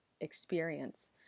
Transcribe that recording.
experience